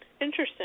Interesting